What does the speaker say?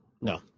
No